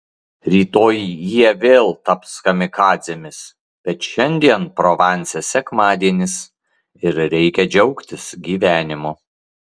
rytoj jie vėl taps kamikadzėmis bet šiandien provanse sekmadienis ir reikia džiaugtis gyvenimu